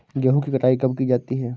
गेहूँ की कटाई कब की जाती है?